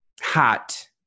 Hot